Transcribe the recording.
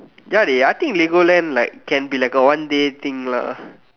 ya dey I think Legoland liken can be like a one day thing lah